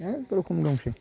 अनेक रोखोम दंसै